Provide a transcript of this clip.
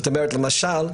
למשל,